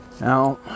Now